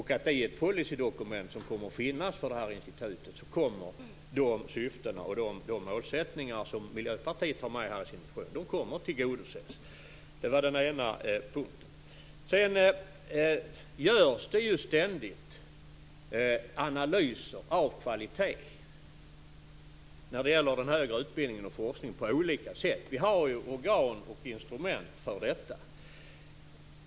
I det policydokument som kommer att finnas för detta institut kommer de syften och de målsättningar som Miljöpartiet har att tillgodoses. Det var den ena punkten. Det görs ständigt analyser av kvalitet på olika sätt när det gäller den högre utbildningen och forskningen. Vi har organ och instrument för detta.